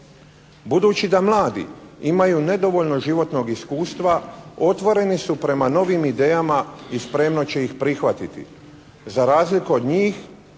Budući da mladi imaju nedovoljno životnog iskustva otvoreni su prema novim idejama i spremno će ih prihvatiti. Za razliku od njih